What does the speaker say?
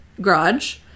garage